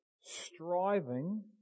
striving